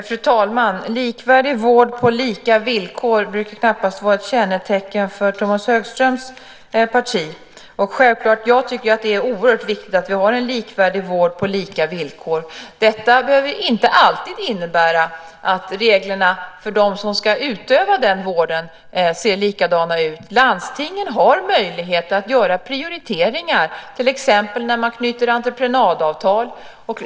Fru talman! Likvärdig vård på lika villkor brukar knappast vara ett kännetecken för Tomas Högströms parti. Jag tycker att det är oerhört viktigt att vi har en likvärdig vård på lika villkor. Detta behöver inte alltid innebära att reglerna för dem som ska utöva den vården ser likadana ut. Landstingen har möjlighet att göra prioriteringar, till exempel när man knyter entreprenadavtal.